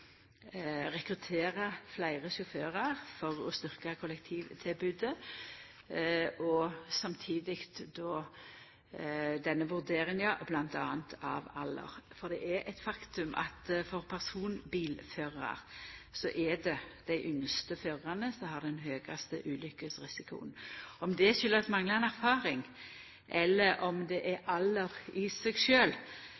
fleire sjåførar for å styrkja kollektivtilbodet og samtidig denne vurderinga av bl.a. alder. Det er eit faktum at blant personbilførarar er det dei yngste førarane som har den høgaste ulykkesrisikoen. Om det kjem av manglande erfaring, eller om det er